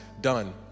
done